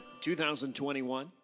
2021